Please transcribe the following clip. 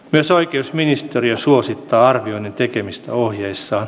myös oikeusministeriö suosittaa arvioinnin tekemistä ohjeissaan